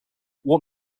what